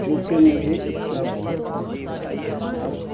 جو کہ مجھے اس کا بہت ہی اچھا احساس